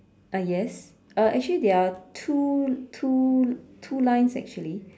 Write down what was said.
uh yes uh actually there are two two two lines actually